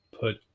put